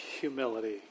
humility